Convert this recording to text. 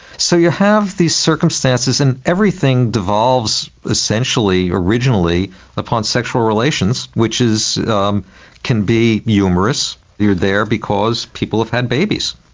so you have these circumstances, and everything devolves essentially originally upon sexual relations, which um can be humorous. you're there because people have had babies,